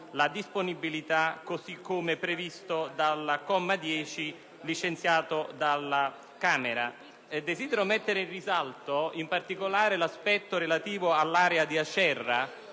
alla disponibilità prevista dal comma 10 del testo licenziato dalla Camera. Desidero mettere in risalto in particolare l'aspetto relativo all'area di Acerra,